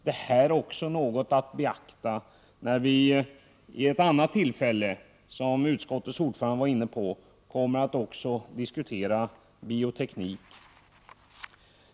Det här är också något att beakta när vi vid ett annat tillfälle, som utskottets ordförande var inne på, kommer att diskutera bioteknik.